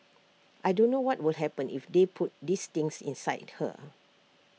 I don't know what will happen if they put this things inside her